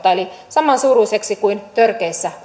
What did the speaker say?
samansuuruiseksi kuin törkeissä